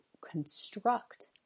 construct